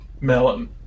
Melon